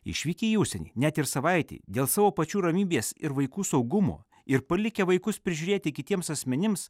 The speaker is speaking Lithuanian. išvykę į užsienį net ir savaitei dėl savo pačių ramybės ir vaikų saugumo ir palikę vaikus prižiūrėti kitiems asmenims